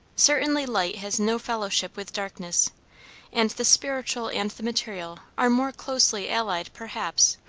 certainly light has no fellowship with darkness and the spiritual and the material are more closely allied, perhaps,